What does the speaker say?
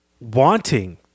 wanting